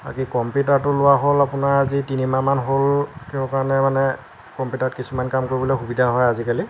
বাকী কম্পিউটাৰটো লোৱা হ'ল আপোনাৰ আজি তিনিমাহ মান হ'ল কিহৰ কাৰণে মানে কম্পিউটাৰত কিছুমান কাম কৰিবলৈ সুবিধা হয় আজিকালি